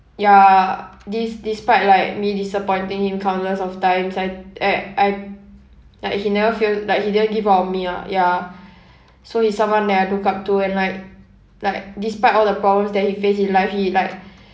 ya des~ despite like me disappointing him countless of times I I I like he never feel like he didn't give up on me ah ya so he's someone that I look up to and like like despite all the problems that he face in life he like